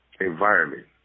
environment